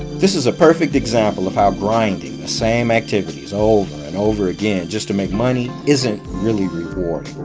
this is a perfect example of how grinding the same activities over and over again just to make money isn't really rewarding.